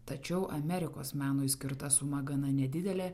tačiau amerikos menui skirta suma gana nedidelė